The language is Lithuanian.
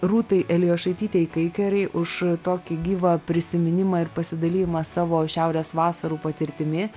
rūtai elijošaitytei kaikarei už tokį gyvą prisiminimą ir pasidalijimą savo šiaurės vasarų patirtimi